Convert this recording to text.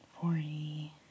forty